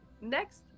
next